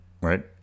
right